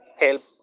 help